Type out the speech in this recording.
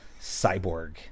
cyborg